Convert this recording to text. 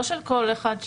לא של כל אחד.